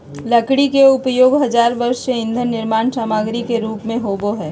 लकड़ी के उपयोग हजार वर्ष से ईंधन निर्माण सामग्री के रूप में होबो हइ